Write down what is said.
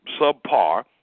subpar